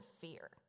fear